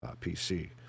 PC